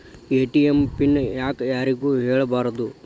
ATM pin ಯಾಕ್ ಯಾರಿಗೂ ಹೇಳಬಾರದು?